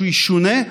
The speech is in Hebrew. שהיא ישונה,